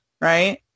right